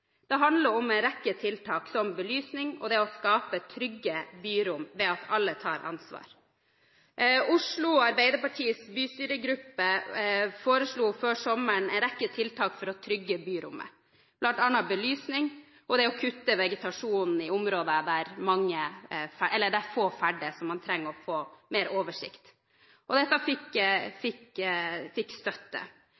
Det handler om en rekke tiltak, som belysning og det å skape trygge byrom ved at alle tar ansvar. Oslo Arbeiderpartis bystyregruppe foreslo før sommeren en rekke tiltak for å trygge byrommet, bl.a. belysning og det å kutte i vegetasjonen i områder der få ferdes og man trenger å få mer oversikt. Dette fikk